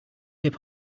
hip